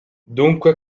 dunque